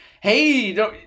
Hey